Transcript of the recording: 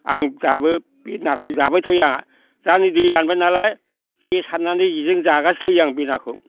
आं दाबो बे नाखौ जाबाय थायो आंहा दा नै दै रानबाय नालाय जे सारनानै जेजों जाबाय थायो आं बे नाखौ